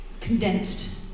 condensed